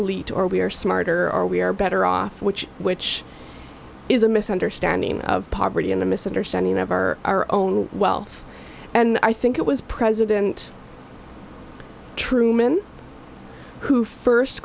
elite or we are smarter are we are better off which which is a misunderstanding of poverty and a misunderstanding of our own wealth and i think it was president truman who first